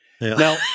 Now